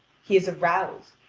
he is aroused,